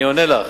אני עונה לך.